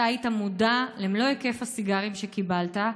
אתה היית מודע למלוא היקף הסיגרים שקיבלת,